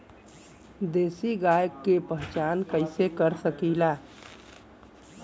देशी गाय के पहचान कइसे कर सकीला?